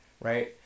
right